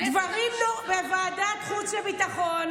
אמרו בוועדת החוץ והביטחון.